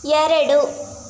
ಎರಡು